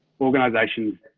organisations